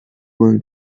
going